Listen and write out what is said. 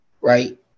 right